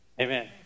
Amen